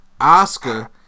Oscar